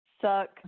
suck